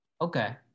okay